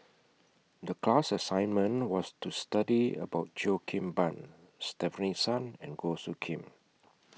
The class assignment was to study about Cheo Kim Ban Stefanie Sun and Goh Soo Khim